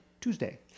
Tuesday